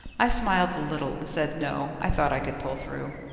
i smiled a little and said no i thought i could pull through.